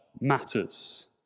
matters